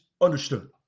Understood